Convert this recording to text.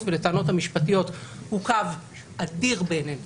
ולטענות המשפטיות הוא קו אדיר בעינינו,